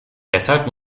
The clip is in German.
deshalb